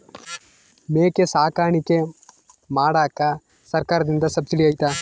ಮೇಕೆ ಸಾಕಾಣಿಕೆ ಮಾಡಾಕ ಸರ್ಕಾರದಿಂದ ಸಬ್ಸಿಡಿ ಐತಾ?